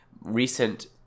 recent